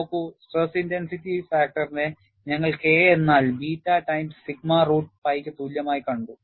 നോക്കൂ stress intensity ഫാക്ടറിനെ ഞങ്ങൾ K എന്നാൽ ബീറ്റാ ടൈംസ് സിഗ്മ റൂട്ട് പൈയ്ക്ക് തുല്യമായി കണ്ടു